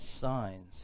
signs